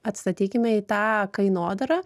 atstatykime į tą kainodarą